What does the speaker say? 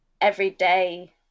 everyday